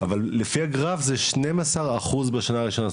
אבל לפי הגרף זה שנים עשר אחוז בשנה ראשונה,